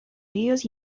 ríos